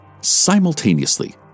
simultaneously